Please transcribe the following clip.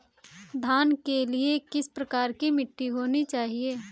धान के लिए किस प्रकार की मिट्टी होनी चाहिए?